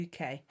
uk